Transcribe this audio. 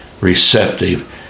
receptive